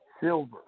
silver